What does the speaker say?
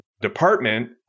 department